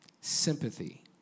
sympathy